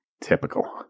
Typical